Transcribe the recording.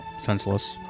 senseless